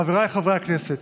חבריי חברי הכנסת,